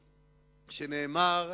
שנאמר: